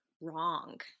wrong